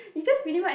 is so pretty much